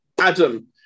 Adam